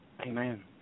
Amen